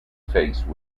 face